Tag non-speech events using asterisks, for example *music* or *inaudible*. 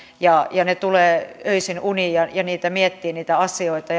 ja ja tulevat öisin uniin ja ja niitä asioita *unintelligible*